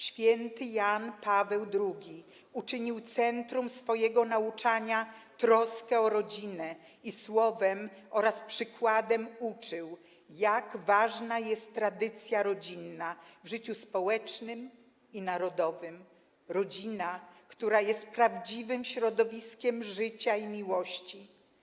Święty Jan Paweł II uczynił centrum swojego nauczania troskę o rodzinę i słowem oraz przykładem uczył, jak ważna jest tradycja rodzinna w życiu społecznym i narodowym, rodzina, która jest prawdziwym środowiskiem życia i miłości.